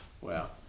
Wow